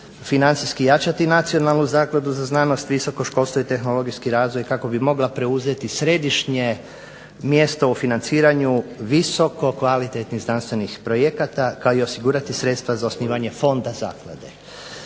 financijski jačati Nacionalnu zakladu za znanost, visoko školstvo i tehnologijski razvoj kako bi mogla preuzeti središnje mjesto u financiranju visoko kvalitetnih znanstvenih projekata kao i osigurati sredstva za osnivanje fonda zaklade.